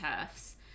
turfs